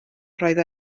roedd